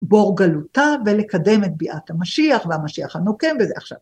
‫באור גלותה ולקדם את ביעת המשיח ‫והמשיח הנוקם, וזה עכשיו.